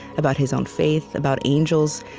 about his own faith, about angels.